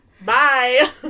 Bye